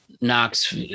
Knox